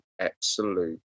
absolute